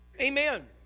Amen